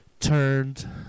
turned